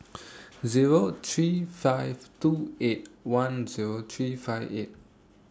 Zero three five two eight one Zero three five eight